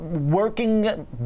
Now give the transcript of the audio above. working